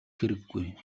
хэрэггүй